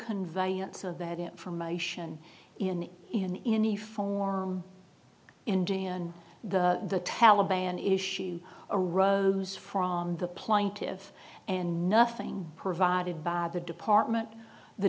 conveyance of that information in in any form indian the taliban issue arose from the plaintive and nothing provided by the department the